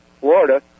Florida